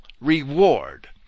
reward